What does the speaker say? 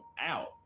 out